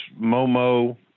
Momo